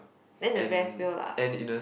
then the rest will lah